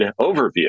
overview